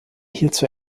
hierzu